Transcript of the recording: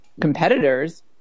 competitors